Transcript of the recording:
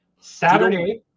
Saturday